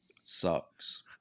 sucks